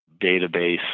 database